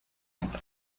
entra